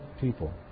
people